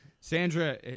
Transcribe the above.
Sandra